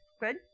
Good